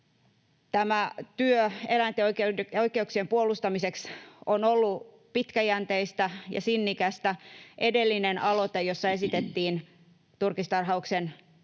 Tämä työ eläinten oikeuksien puolustamiseksi on ollut pitkäjänteistä ja sinnikästä. Edellinen aloite, jossa esitettiin turkistarhauksen lopettamista